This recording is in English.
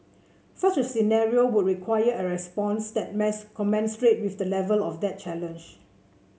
such a scenario would require a response that commensurate with the level of that challenge